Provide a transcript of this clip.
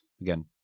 again